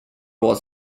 was